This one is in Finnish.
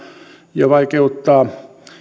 ja vaikeuttaa